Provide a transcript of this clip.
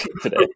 today